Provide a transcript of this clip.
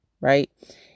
right